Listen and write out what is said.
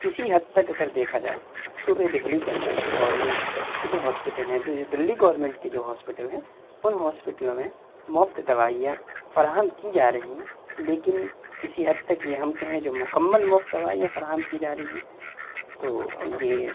کسی حد تک اگر دیکھا جائے تو صوبے دہلی کے اندر جو گورمینٹ کے جو ہاسپٹل ہیں دلی گورمینٹ کے جو ہاسپٹل ہیں ان ہاسپٹلوں میں مفت دوائیاں فراہم کی جا رہی ہیں لیکن کسی حد تک یہ ہم کہیں جو مکمل مفت دوائیاں فراہم کی جا رہی ہیں تو یہ